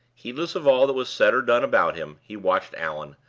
heedless of all that was said or done about him, he watched allan,